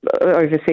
overseas